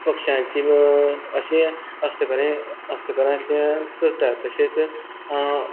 पक्षांचीं अशीं हस्तकलेन हस्तकलेंतल्यान करतात तशेंच